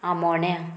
आमोण्या